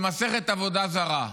במסכת עבודה זרה.